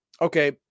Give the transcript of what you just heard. Okay